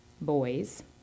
boys